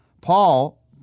Paul